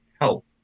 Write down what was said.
help